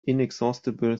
inexhaustible